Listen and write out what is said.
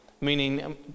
Meaning